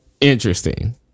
interesting